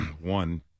one